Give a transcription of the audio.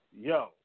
yo